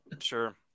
Sure